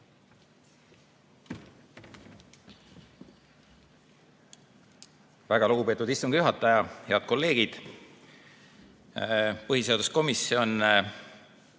Väga lugupeetud istungi juhataja! Head kolleegid! Põhiseaduskomisjon